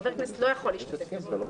חבר כנסת לא יכול להשתתף בזום.